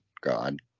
God